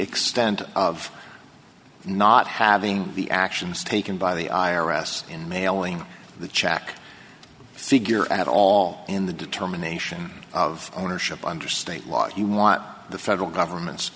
extent of not having the actions taken by the i r s in mailing the check figure at all in the determination of ownership under state law he want the federal government's